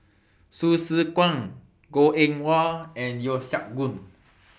Hsu Tse Kwang Goh Eng Wah and Yeo Siak Goon